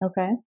Okay